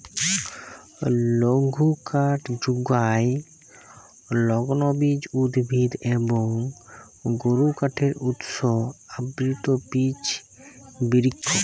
লঘুকাঠ যুগায় লগ্লবীজ উদ্ভিদ এবং গুরুকাঠের উৎস আবৃত বিচ বিরিক্ষ